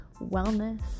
wellness